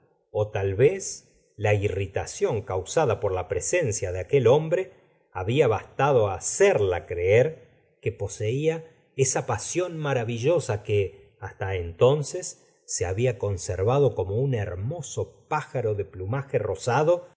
ó tal vez la irritación causada por la presencia de aquel hombre habla bastado á hacerla creer que poseía esa pasión maravillosa que hasta entonces se había conservado como un hermoso pájaro de plumaje rosado